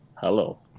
Hello